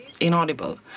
inaudible